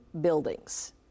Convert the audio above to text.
buildings